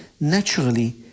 naturally